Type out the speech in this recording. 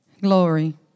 Glory